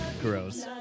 Gross